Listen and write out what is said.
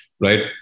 right